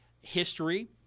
history